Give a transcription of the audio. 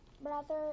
Brother